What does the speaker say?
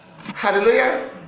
Hallelujah